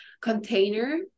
container